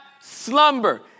slumber